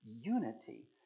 unity